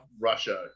Russia